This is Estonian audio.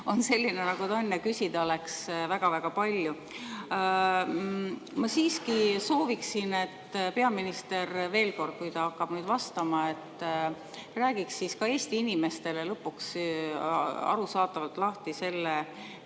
on selline, nagu ta on, ja küsida oleks väga-väga palju. Ma siiski sooviksin, et peaminister veel kord, kui ta hakkab nüüd vastama, räägiks siin ka Eesti inimestele lõpuks arusaadavalt lahti selle